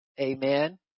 Amen